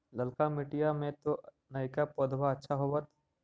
ललका मिटीया मे तो नयका पौधबा अच्छा होबत?